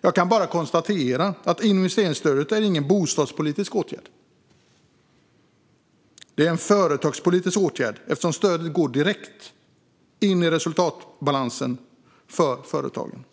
Jag kan bara konstatera att investeringsstödet inte är någon bostadspolitisk åtgärd, utan det är en företagspolitisk åtgärd eftersom stödet går direkt in i resultatbalansen för företagen.